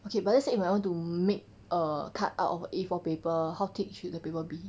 okay but let's say if I want to make a card out of A four paper how thick should the paper be